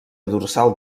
dorsal